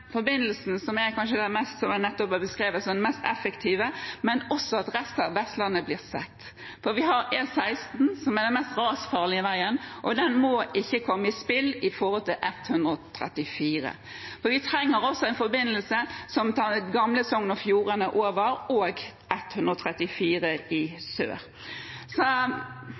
forbindelsen som er, som jeg nettopp har beskrevet, den mest effektive, men også at resten av Vestlandet blir sett. Vi har E16, som er den mest rasfarlige veien, og den må ikke komme i spill i forhold til E134, for vi trenger også en forbindelse som tar gamle Sogn og Fjordane over, og E134 i sør. Så